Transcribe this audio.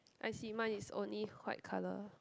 I see mine is only white color